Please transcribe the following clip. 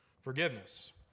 forgiveness